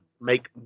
make